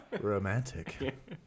Romantic